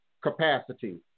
capacity